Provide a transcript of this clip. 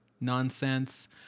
nonsense